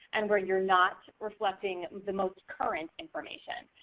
and where you're not reflecting the most current information.